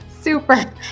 Super